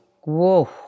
whoa